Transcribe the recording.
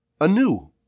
anew